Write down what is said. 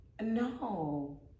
No